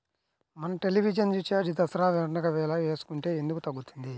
మన television recharge Dasara పండగ వేళ వేసుకుంటే ఎందుకు తగ్గుతుంది?